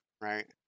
Right